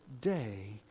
day